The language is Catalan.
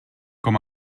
com